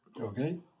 okay